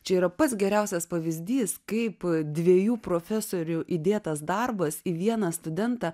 čia yra pats geriausias pavyzdys kaip dviejų profesorių įdėtas darbas į vieną studentą